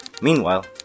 Meanwhile